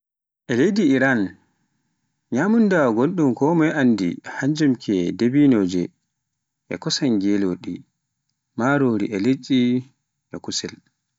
E leydi Iran nyamunda gonɗum konmoye anndi e hannjum ke dabinoje, e kosan jeloɗi, marori e liɗɗi e kusel.